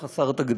הוא חסר תקדים: